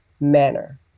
manner